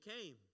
came